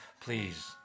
Please